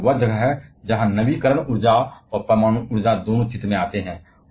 और यही वह जगह है जहां नवीकरण ऊर्जा और परमाणु ऊर्जा दोनों चित्र में आते हैं